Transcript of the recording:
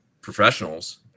professionals